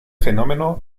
fenómeno